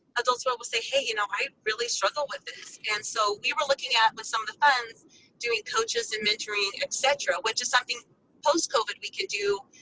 adults will will say, hey, you know i really struggle with this. and so we were looking at with some of the funds doing coaches and mentoring etc. which is something post-covid we can do.